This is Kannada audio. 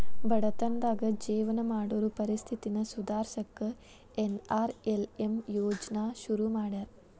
ಬಡತನದಾಗ ಜೇವನ ಮಾಡೋರ್ ಪರಿಸ್ಥಿತಿನ ಸುಧಾರ್ಸಕ ಎನ್.ಆರ್.ಎಲ್.ಎಂ ಯೋಜ್ನಾ ಶುರು ಮಾಡ್ಯಾರ